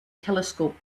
telescope